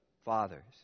fathers